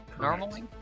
normally